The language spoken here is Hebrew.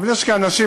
אבל יש כאן אנשים,